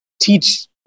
teach